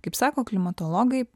kaip sako klimatologai